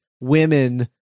women